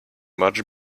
much